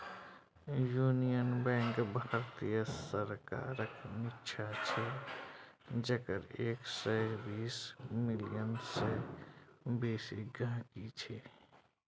union Bank भारतीय सरकारक निच्चां छै जकर एक सय बीस मिलियन सय बेसी गांहिकी छै